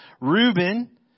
Reuben